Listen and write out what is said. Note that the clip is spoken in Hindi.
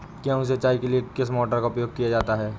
गेहूँ सिंचाई के लिए किस मोटर का उपयोग किया जा सकता है?